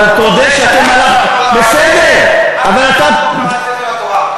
אבל תודה שאתם הלכתם, בסדר, אבל אתה, ספר התורה.